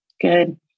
Good